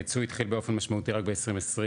הייצוא התחיל באופן משמעותי רק ב- 2020,